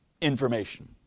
information